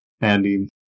Andy